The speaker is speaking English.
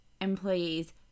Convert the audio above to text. employees